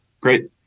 Great